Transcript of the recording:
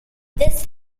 this